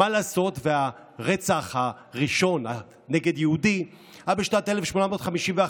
מה לעשות שהרצח הראשון נגד יהודי היה בשנת 1851,